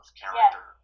character